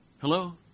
Hello